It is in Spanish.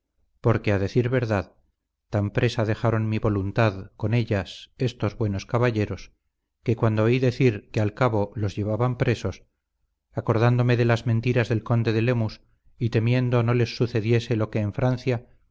porque a decir verdad tan presa dejaron mi voluntad con ellas estos buenos caballeros que cuando oí decir que al cabo los llevaban presos acordándome de las mentiras del conde de lemus y temiendo no les sucediese lo que en francia